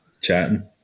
chatting